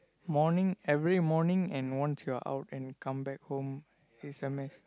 morning every morning and once you are out and come back home it's a mess